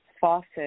faucet